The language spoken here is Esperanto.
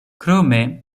krome